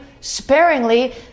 sparingly